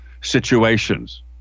situations